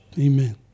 amen